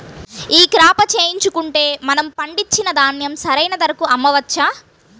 ఈ క్రాప చేయించుకుంటే మనము పండించిన ధాన్యం సరైన ధరకు అమ్మవచ్చా?